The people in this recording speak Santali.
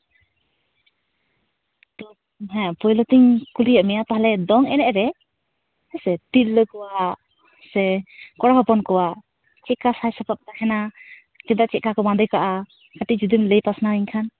ᱛᱚ ᱯᱳᱭᱞᱳᱛᱤᱧ ᱠᱩᱞᱤᱭᱮᱫ ᱢᱮᱭᱟ ᱛᱟᱦᱞᱮ ᱫᱚᱝ ᱮᱱᱮᱡ ᱨᱮ ᱦᱮᱸᱥᱮ ᱛᱤᱨᱞᱟᱹ ᱠᱚᱣᱟᱜ ᱥᱮ ᱠᱚᱲᱟ ᱦᱚᱯᱚᱱ ᱠᱚᱣᱟᱜ ᱪᱮᱫ ᱞᱮᱠᱟ ᱥᱟᱡᱽᱼᱥᱟᱯᱟᱵᱽ ᱛᱟᱦᱮᱱᱟ ᱜᱮᱸᱫᱟᱜ ᱪᱮᱫᱞᱮᱠᱟ ᱠᱚ ᱵᱟᱸᱫᱮ ᱠᱟᱜᱼᱟ ᱠᱟᱹᱴᱤᱡ ᱡᱩᱫᱤᱢ ᱞᱟᱹᱭ ᱯᱟᱥᱱᱟᱣᱤᱧ ᱠᱷᱟᱱ